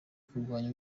kurwanya